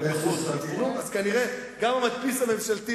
אפילו המדפיס הממשלתי